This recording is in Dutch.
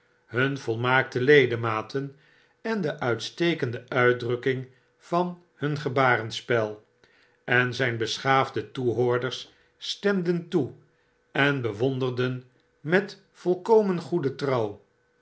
hun volmaakte ledematen en de uitstekende uitdrukking van hun gebarenspel en zyn beschaafde toehoorders stemden toe en bewonderden met volkomen goede trouw